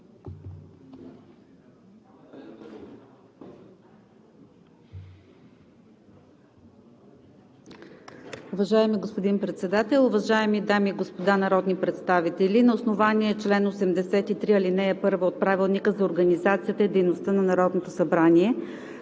Уважаеми господин Председател, уважаеми дами и господа народни представители! На основание чл. 83, ал. 1 от Правилника за организацията и дейността на Народното събрание